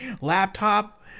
laptop